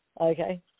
okay